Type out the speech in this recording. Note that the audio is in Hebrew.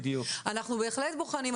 אנחנו בהחלט בוחנים,